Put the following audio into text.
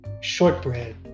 Shortbread